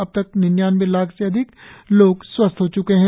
अब तक निन्यानवे लाख से अधिक लोग स्वस्थ हो च्के है